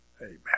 amen